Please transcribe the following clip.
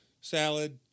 salad